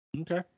Okay